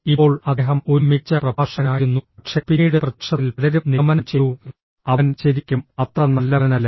ഇപ്പോൾ അദ്ദേഹം ഒരു മികച്ച പ്രഭാഷകനായിരുന്നു പക്ഷേ പിന്നീട് പ്രത്യക്ഷത്തിൽ പലരും നിഗമനം ചെയ്തുഃ അവൻ ശരിക്കും അത്ര നല്ലവനല്ല